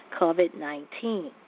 COVID-19